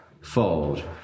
Fold